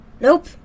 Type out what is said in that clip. Nope